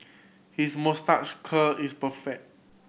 his moustache curl is perfect